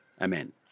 Amen